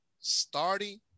Starting